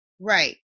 Right